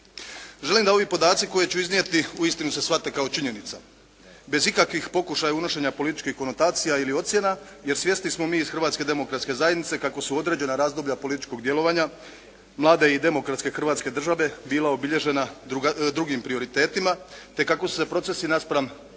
Želim da ovi podaci koje ću iznijeti uistinu se shvate kao činjenica bez ikakvih pokušaja unošenja političkih konotacija ili ocjena jer svjesni smo mi iz Hrvatske demokratske zajednice kako su određena razdoblja političkog djelovanja mlade i demokratske Hrvatske države bila obilježena drugim prioritetima te kako su se procesi naspram Europske